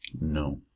No